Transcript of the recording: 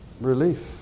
relief